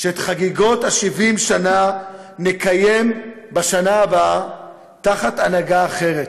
שאת חגיגות ה-70 שנה נקיים בשנה הבאה תחת הנהגה אחרת,